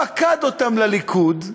פקד אותם לליכוד,